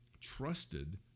trusted